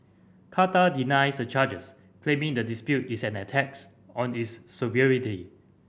Qatar denies the charges claiming the dispute is an attacks on this sovereignty